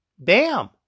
Bam